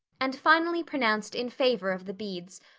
and finally pronounced in favor of the beads,